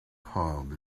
pub